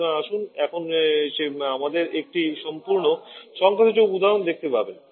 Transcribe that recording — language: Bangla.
সুতরাং আসুন এখন একটি সম্পূর্ণ সংখ্যাসূচক উদাহরণ দেখতে পাবো